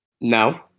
No